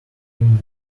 him